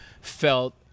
felt